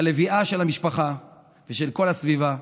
הלביאה של המשפחה ושל כל הסביבה,